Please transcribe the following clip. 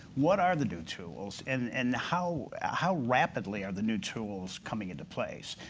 what are the new tools? and and how how rapidly are the new tools coming into place,